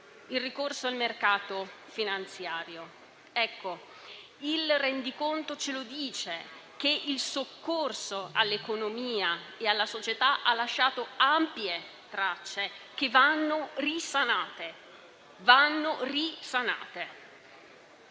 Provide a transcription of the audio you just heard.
al ricorso al mercato finanziario, il rendiconto ci dice che il soccorso all'economia e alla società ha lasciato ampie tracce che vanno risanate.